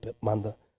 manda